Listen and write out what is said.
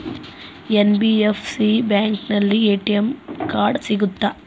NBFC ಬ್ಯಾಂಕಿನಲ್ಲಿ ATM card ಸಿಗುತ್ತಾ?